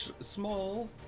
small